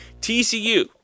TCU